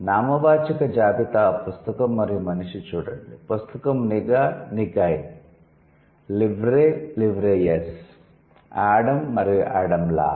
నామవాచక జాబితా పుస్తకం మరియు 'మనిషి' చూడండి పుస్తకం 'నిగా నిగ్ ఐ' 'లివ్రే లివ్రే ఎస్' 'ఆడమ్ మరియు ఆడమ్ లార్' kniga knig i livre livre s adam and adam lar